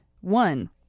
one